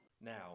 Now